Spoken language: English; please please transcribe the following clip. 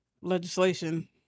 legislation